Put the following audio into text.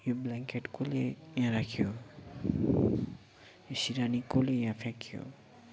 यो ब्ल्याङ्केट कसले यहाँ राख्यो यो सिरानी कसले यहाँ फ्याँक्यो